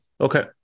Okay